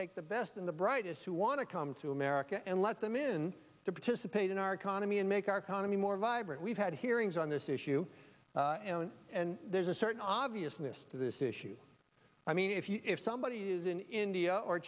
take the best and the brightest who want to come to america and let them in to participate in our economy and make our economy more vibrant we've had hearings on this issue and there's a certain obviousness to this issue i mean if you if somebody is in india or